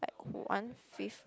like one fifth